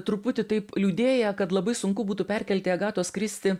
truputį taip liūdėję kad labai sunku būtų perkelti agatos kristi